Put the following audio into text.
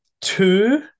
Two